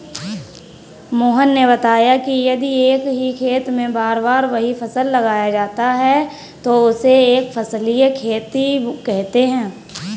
मोहन ने बताया कि यदि एक ही खेत में बार बार वही फसल लगाया जाता है तो उसे एक फसलीय खेती कहते हैं